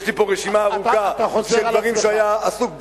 יש לי פה רשימה ארוכה של דברים שהוא היה עסוק,